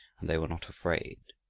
and they were not afraid,